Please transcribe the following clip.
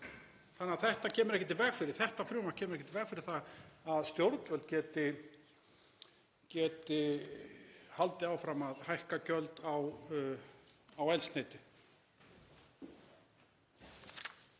Þetta frumvarp kemur ekkert í veg fyrir það að stjórnvöld geti haldið áfram að hækka gjöld á eldsneyti.